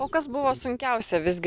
o kas buvo sunkiausia visgi